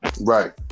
right